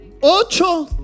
Ocho